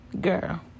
Girl